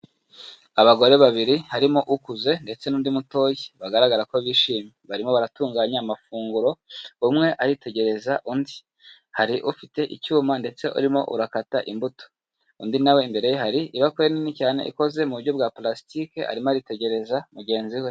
Abagore babiri harimo ukuze ndetse n'undi mutoya bagaragara ko bishimye, barimo baratunganya amafunguro, buri umwe aritegereza undi, hari ufite icyuma ndetse urimo urakata imbuto, undi nawe imbere ye hari ibakure nini cyane ikoze mu buryo bwa pulastike, arimo aritegereza mugenzi we.